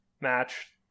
match